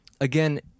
again